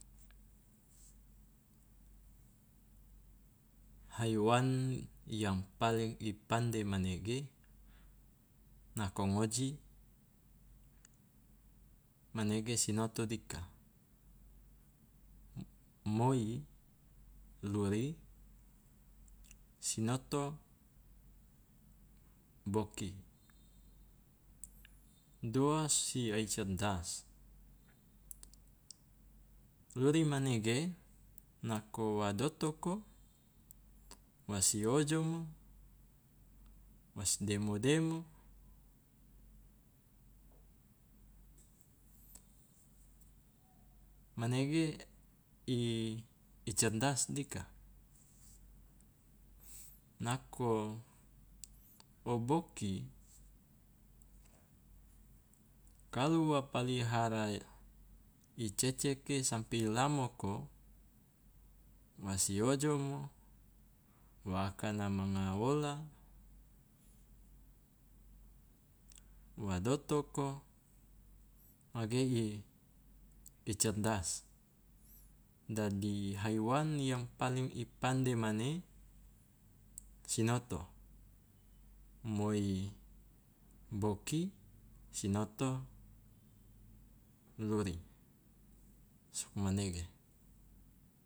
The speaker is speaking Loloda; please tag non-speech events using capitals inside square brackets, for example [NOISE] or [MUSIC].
Haiwan yang paling i pande manege nako ngoji manege sinoto dika, m- moi luri, sinoto boki, doa si ai cerdas? Luri manege nako wa dotoko wasi ojomo, wa si demo demo, manege [HESITATION] i cerdas dika, nako o boki kalu wa palihara i ceceke sampe i lamoko wa si ojomo, wa akana manga wola, wa dotoko mage ge i cerdas, dadi haiwan yang paling i pande mane sinoto, moi boki, sinoto luri, sugmanege.